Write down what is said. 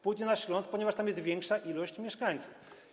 Pójdzie na Śląsk, ponieważ tam jest większa ilość mieszkańców.